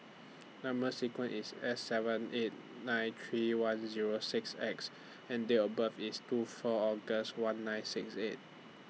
Number sequence IS S seven eight nine three one Zero six X and Date of birth IS two four August one nine six eight